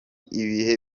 ibihe